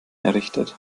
errichtet